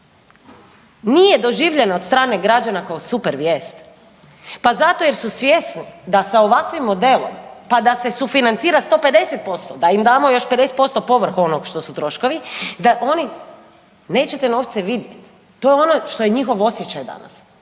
nije doživljeno od strane građana kao super vijest. Pa zato jer su svjesni da sa ovakvim modelom, pa da se sufinancira 150%, da im damo još 50% povrh onog što su troškovi, da oni neće te novce vidjeti. To je ono što je njihov osjećaj danas